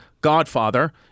godfather